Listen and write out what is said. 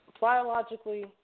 Biologically